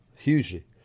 Hugely